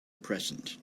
present